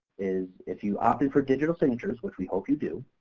is if you opt in for digital signatures which we hope you do,